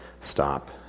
stop